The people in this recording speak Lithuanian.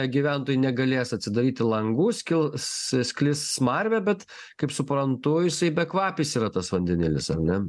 gyventojai negalės atsidaryti langų skils sklis smarvė bet kaip suprantu jisai bekvapis yra tas vandenėlis ar ne